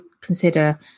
consider